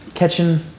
catching